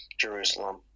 Jerusalem